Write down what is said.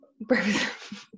Breakfast